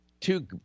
two